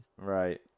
Right